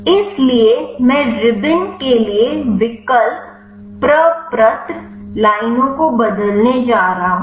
इसलिए मैं रिबन के लिए विकल्प प्रपत्र लाइनों को बदलने जा रहा हूं